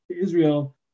Israel